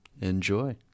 enjoy